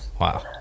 wow